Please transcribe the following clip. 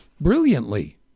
brilliantly